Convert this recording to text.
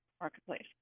Marketplace